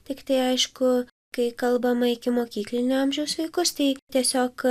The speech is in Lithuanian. tiktai aišku kai kalbama ikimokyklinio amžiaus vaikus tai tiesiog